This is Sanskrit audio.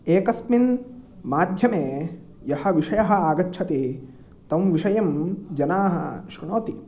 एकस्मिन् माध्यमे यः विषयः आगच्छति तं विषयं जनाः शृणोति